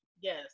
Yes